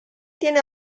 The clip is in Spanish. tiene